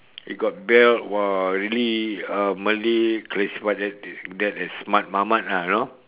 it got belt !wah! really uh malay classify that as smart mamat ah you know